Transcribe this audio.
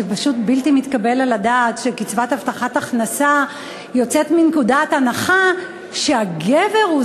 שפשוט בלתי מתקבל על הדעת שקצבת הבטחת הכנסה יוצאת מנקודת הנחה שהגבר הוא